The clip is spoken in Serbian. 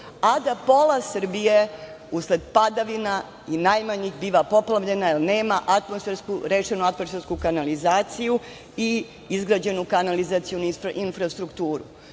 a da pola Srbije usled padavina i najmanjih biva poplavljena jer nema rešenu atmosfersku kanalizaciju i izgrađenu kanalizacionu infrastrukturu.